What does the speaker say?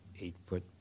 eight-foot